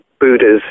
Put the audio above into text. Buddhas